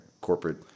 corporate